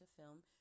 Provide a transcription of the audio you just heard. film